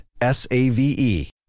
S-A-V-E